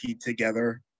together